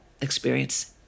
experience